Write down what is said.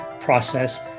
process